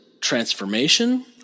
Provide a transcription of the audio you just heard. transformation